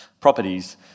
properties